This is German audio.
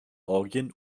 orgien